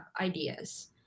ideas